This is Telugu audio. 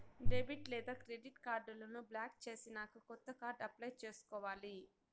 డెబిట్ లేదా క్రెడిట్ కార్డులను బ్లాక్ చేసినాక కొత్త కార్డు అప్లై చేసుకోవాలి